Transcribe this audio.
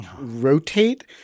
rotate